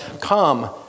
Come